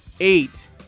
eight